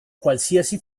qualsiasi